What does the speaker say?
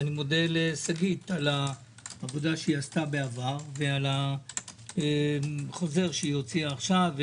אני מודה לשגית על העבודה שעשתה בעבר ועל החוזר שהוציאה עכשיו.